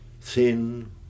thin